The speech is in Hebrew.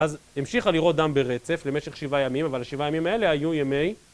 אז המשיכה לראות דם ברצף למשך שבעה ימים, אבל השבעה הימים האלה היו ימי...